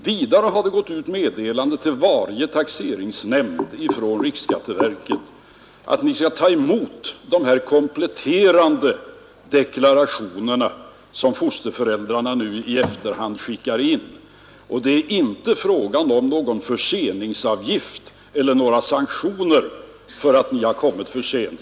Vidare har det gått ut meddelande från riksskatteverket till varje taxeringsnämnd om att man skall ta emot de här kompletterande deklarationerna, som fosterföräldrarna nu i efterhand skickar in. Det är inte fråga om någon förseningsavgift eller några sanktioner för att de har kommit för sent.